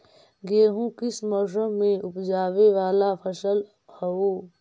गेहूं किस मौसम में ऊपजावे वाला फसल हउ?